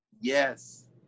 Yes